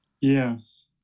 Yes